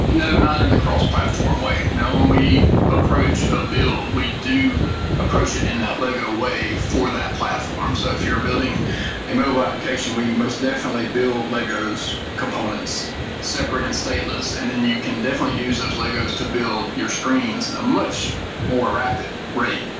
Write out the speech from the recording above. no not in the cross-platform way. now when we approach a build, we do approach it in that lego way for that platform. so if you're building a mobile application, we most definitely build legos components separate and stateless and then you can definitely use those legos to build your screens in a much more rapid rate,